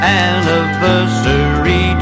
anniversary